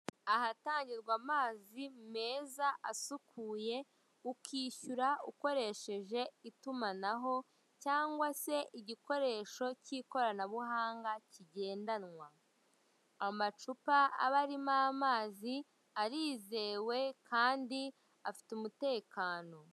Ahatangirwa amazi meza asukuye, ukishyura ukoresheje itumanaho cyangwa se igikoresho cy'ikoranabuhanga kigendanwa. Amacupa aba arimo amazi arizewe kandi afite umutekano.